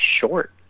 short